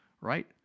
right